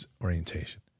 orientation